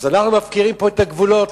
אז אנחנו מפקירים פה את הגבולות.